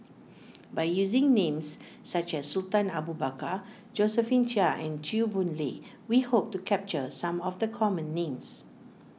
by using names such as Sultan Abu Bakar Josephine Chia and Chew Boon Lay we hope to capture some of the common names